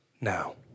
now